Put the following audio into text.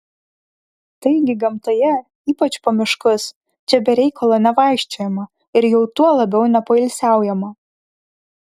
taigi gamtoje ypač po miškus čia be reikalo nevaikščiojama ir jau tuo labiau nepoilsiaujama